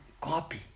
copy